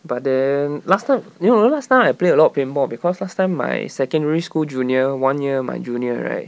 but then last time you know you know last time I played a lot of paintball because last time my secondary school junior one year my junior right